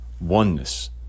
oneness